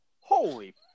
holy